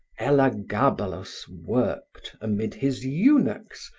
elagabalus worked, amid his eunuchs,